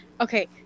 Okay